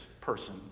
person